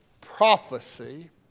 prophecy